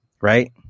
right